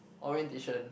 orientation